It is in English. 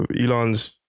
Elon's